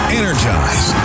energize